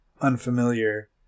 unfamiliar